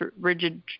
rigid